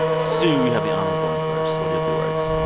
sue, you have the honor of going first. what are your three words?